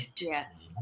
Yes